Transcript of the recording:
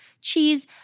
Cheese